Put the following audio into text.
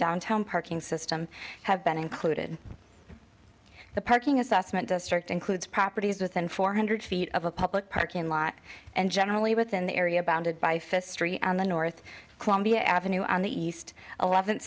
downtown parking system have been included the parking assessment district includes properties within four hundred feet of a public parking lot and generally within the area bounded by fifth street on the north columbia avenue on the east eleventh